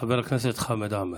חבר הכנסת חמד עמאר,